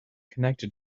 connected